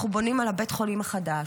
אנחנו בונים על בית החולים החדש,